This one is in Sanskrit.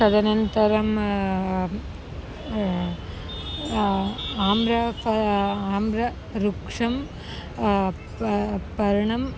तदनन्तरम् आम्रफलम् आम्रवृक्षं पा पर्णम्